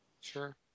Sure